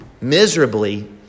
miserably